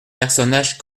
personnages